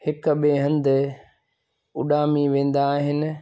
हिक ॿिए हंधि उॾामी वेंदा आहिनि